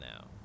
now